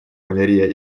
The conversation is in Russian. малярия